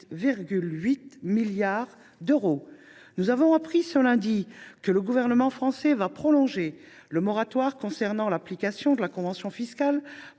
Nous avons appris ce lundi que le gouvernement français va prolonger le moratoire concernant l’application de la convention fiscale